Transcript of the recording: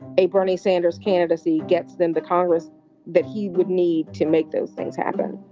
a bernie sanders candidacy gets them, the congress that he would need to make those things happen